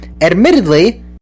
admittedly